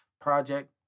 project